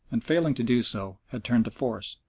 and, failing to do so, had turned to force.